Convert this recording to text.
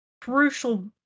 crucial